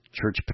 church